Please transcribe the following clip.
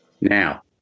Now